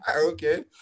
Okay